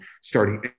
starting